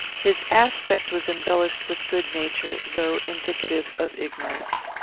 his aspect was embellished with good nature, though indicative of ignorance.